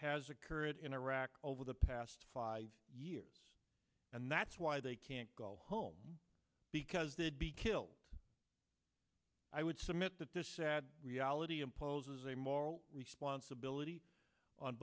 has occurred in iraq over the past five years and that's why they can't go home because they would be killed i would submit that this sad reality imposes a moral responsibility on